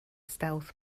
stealth